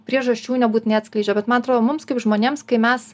priežasčių nebūt neatskleidžia bet man atrodo mums kaip žmonėms kai mes